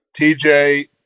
TJ